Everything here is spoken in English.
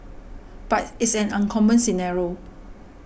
but it's an uncommon scenario